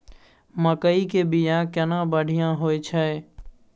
मकई के बीया केना बढ़िया होय छै?